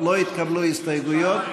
לא התקבלו הסתייגויות.